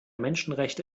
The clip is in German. menschenrechte